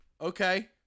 okay